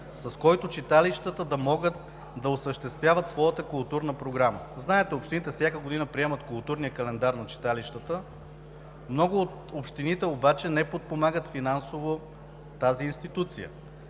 с който читалищата да могат да осъществяват своята културна програма. Знаете, че общините всяка година приемат културния календар на читалищата. Много от общините обаче не подпомагат финансово тази институция.